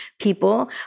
people